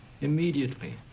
immediately